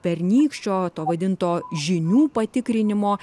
pernykščio to vadinto žinių patikrinimo